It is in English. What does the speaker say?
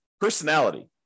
personality